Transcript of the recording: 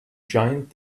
giant